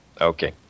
okay